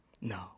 No